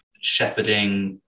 shepherding